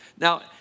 Now